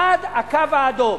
עד הקו האדום.